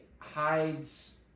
hides